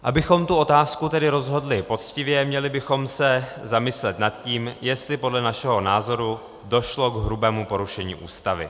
Abychom tu otázku tedy rozhodli poctivě, měli bychom se zamyslet nad tím, jestli podle našeho názoru došlo k hrubému porušení Ústavy.